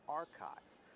archives